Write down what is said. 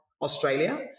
Australia